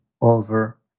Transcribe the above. over